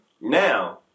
Now